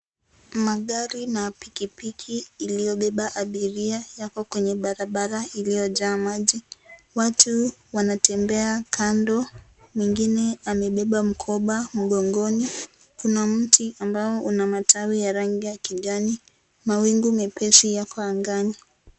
Magari na pikipiki iliobeba abiria, yako kwenye barabara iliojaa maji. Watu wanatembea kando, mwingine amebeba mkoba mgongoni. Kuna mti ambao una matawi ya rangi ya kijani, mawingu mepesi yako angani.